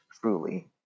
truly